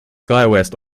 skywest